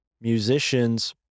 musicians